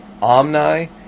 Omni